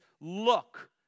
look